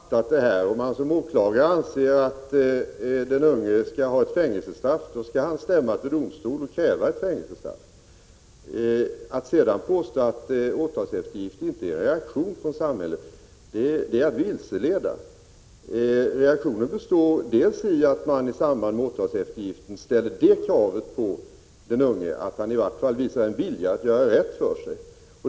Herr talman! Jerry Martinger har tydligen fortfarande inte fattat, att om man som åklagare anser att den unge skall ha ett fängelsestraff, skall man stämma till domstol och kräva ett fängelsestraff. Att sedan påstå att åtalseftergiften inte är en reaktion från samhället är att vilseleda. Reaktionen består i att man i samband med åtalseftergiften ställer det kravet på den unge att han i varje fall visar en vilja att göra rätt för sig.